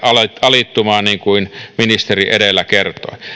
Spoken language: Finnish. alittumaan niin kuin ministeri edellä kertoi